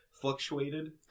fluctuated